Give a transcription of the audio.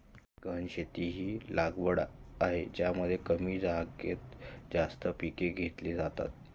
गहन शेती ही अशी लागवड आहे ज्यामध्ये कमी जागेत जास्त पिके घेतली जातात